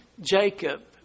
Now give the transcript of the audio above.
Jacob